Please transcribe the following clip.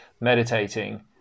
meditating